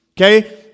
Okay